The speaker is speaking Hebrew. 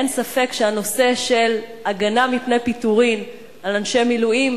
אין ספק שהנושא של הגנה מפני פיטורין על אנשי מילואים,